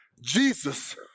Jesus